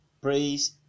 Praise